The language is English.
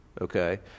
Okay